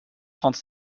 trente